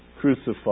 crucified